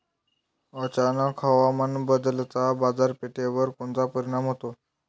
अचानक हवामान बदलाचा बाजारपेठेवर कोनचा परिणाम होतो?